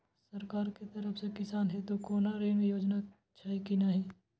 सरकार के तरफ से किसान हेतू कोना ऋण योजना छै कि नहिं?